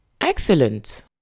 Excellent